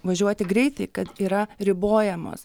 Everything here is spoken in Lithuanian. važiuoti greitai kad yra ribojamos